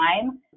time